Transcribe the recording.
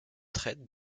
traite